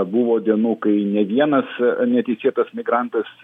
buvo dienų kai nė vienas neteisėtas migrantas